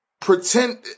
pretend